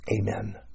Amen